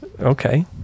Okay